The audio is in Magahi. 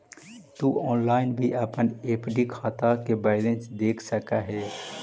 तु ऑनलाइन भी अपन एफ.डी खाता के बैलेंस देख सकऽ हे